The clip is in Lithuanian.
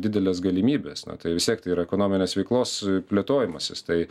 didelės galimybės na tai vis tiek tai yra ekonominės veiklos plėtojimasis tai